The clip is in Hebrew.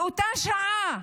באותה שעה